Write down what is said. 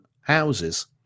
houses